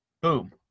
boom